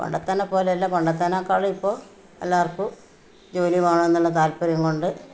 പണ്ടത്തേനെ പോലെ അല്ല പണ്ടത്തേനെക്കാളും ഇപ്പോൾ എല്ലാവര്ക്കും ജോലി വാങ്ങണം എന്ന താല്പര്യം കൊണ്ട്